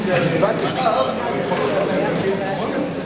חזקת מפיק תקליט),